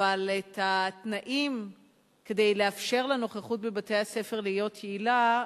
אבל התנאים כדי לאפשר לנוכחות בבתי-הספר להיות יעילה,